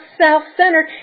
self-centered